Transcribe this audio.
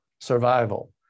survival